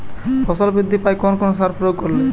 ফসল বৃদ্ধি পায় কোন কোন সার প্রয়োগ করলে?